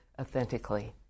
authentically